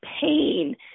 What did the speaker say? pain